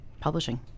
publishing